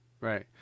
right